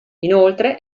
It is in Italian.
inoltre